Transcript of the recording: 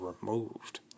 removed